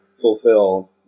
fulfill